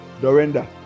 Dorinda